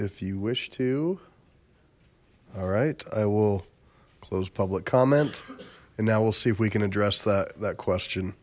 if you wish to all right i will close public comment and now we'll see if we can address that that question